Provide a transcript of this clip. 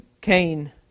Cain